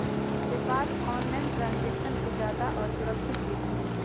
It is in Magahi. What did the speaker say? पेपॉल ऑनलाइन ट्रांजैक्शन के अच्छा और सुरक्षित विधि हई